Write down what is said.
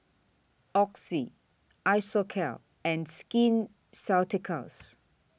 Oxy Isocal and Skin Ceuticals